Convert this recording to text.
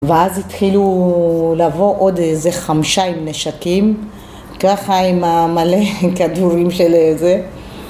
ואז התחילו לבוא עוד איזה חמישה עם נשקים, ככה עם מלא כדורים של איזה